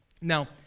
Now